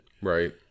Right